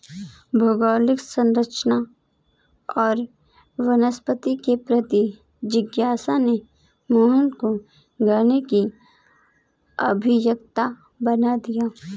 भौगोलिक संरचना और वनस्पति के प्रति जिज्ञासा ने मोहन को गाने की अभियंता बना दिया